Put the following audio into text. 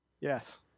Yes